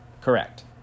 Correct